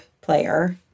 player